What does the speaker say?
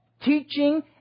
Teaching